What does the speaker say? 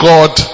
God